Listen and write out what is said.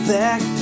back